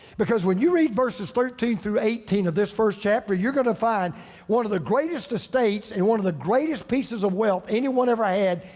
because when you read verse thirteen through eighteen of this first chapter, you're gonna find one of the greatest estates and one of the greatest pieces of wealth anyone ever had.